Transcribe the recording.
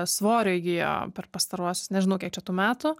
svorio įgijo per pastaruosius nežinau kiek čia tų metų